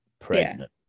pregnant